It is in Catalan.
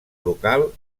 brocal